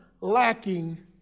lacking